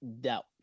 doubt